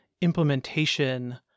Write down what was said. implementation